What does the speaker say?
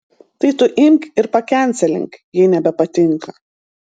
tai tu imk ir pakencelink jei nebepatinka